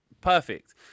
perfect